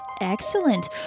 Excellent